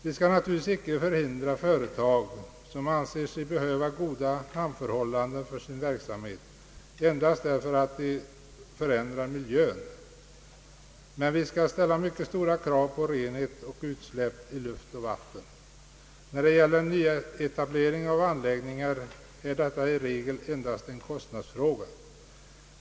Vi skall naturligtvis icke hindra företag, som anser sig behöva goda hamnförhållandena för sin verksamhet, att etablera sig endast därför att de förändrar miljön. Men vi skall ställa mycket stora krav på renhet vid utsläpp i luft och vatten. När det gäller nyetablering av anläggningar är detta i regel endast en kostnadsfråga.